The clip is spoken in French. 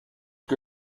que